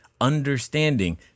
understanding